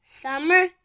Summer